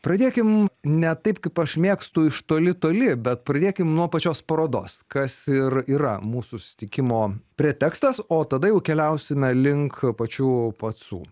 pradėkim ne taip kaip aš mėgstu iš toli toli bet pradėkim nuo pačios parodos kas ir yra mūsų susitikimo pretekstas o tada jau keliausime link pačių pacų